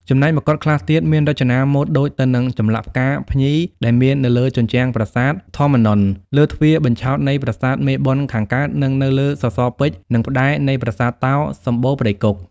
ចំណែកមកុដខ្លះទៀតមានរចនាម៉ូតដូចទៅនិងចម្លាក់ផ្កា ភ្ញីដែលមាននៅលើជញ្ជ្រាំប្រាសាទធម្មនន្ទ លើទ្វារបញ្ឆោតនៃប្រាសាទមេបុណ្យខាងកើតនិង នៅលើសរសរពេជ្រ និងផ្ដែរ នៃប្រាសាទតោ សំបូរព្រៃគុក។